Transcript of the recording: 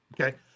Okay